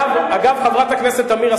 חברת הכנסת תמיר,